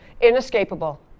Inescapable